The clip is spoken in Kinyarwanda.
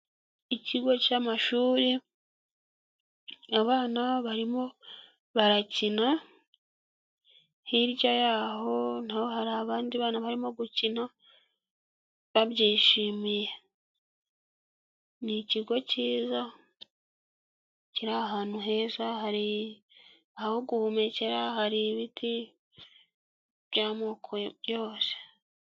Ikigo cy'amashuri, abana barimo barakina, hirya y'aho naho hari abandi bana barimo gukina babyishimiye, ni ikigo kiza, kiri ahantu heza, hari aho guhumekera, hari ibiti by'amoko yose.